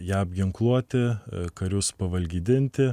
ją apginkluoti karius pavalgydinti